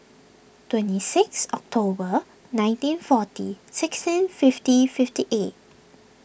twenty six October nineteen forty sixteen fifty fifty eight